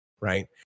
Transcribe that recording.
right